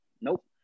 Nope